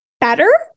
better